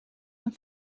een